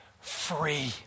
free